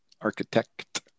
architect